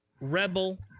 Rebel